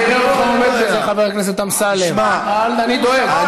בזה, חבר הכנסת אמסלם, אני דואג.